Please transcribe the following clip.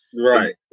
Right